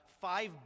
five